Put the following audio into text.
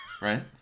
Right